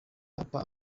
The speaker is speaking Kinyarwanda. papa